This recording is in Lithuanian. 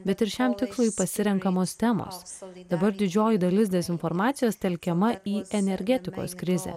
bet ir šiam tikslui pasirenkamos temos dabar didžioji dalis dezinformacijos telkiama į energetikos krizę